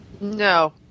No